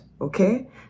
okay